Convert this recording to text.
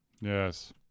Yes